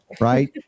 Right